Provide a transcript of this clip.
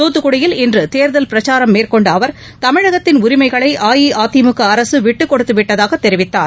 தூத்துக்குடியில் இன்று தேர்தல் பிரச்சாரம் மேற்கொண்ட அவர் தமிழகத்தின் உரிமைகளை அஇஅதிமுக அரசு விட்டுக்கொடுத்து விட்டதாக தெரிவித்தார்